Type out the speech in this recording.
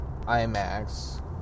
IMAX